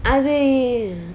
அதை:athai err